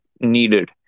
needed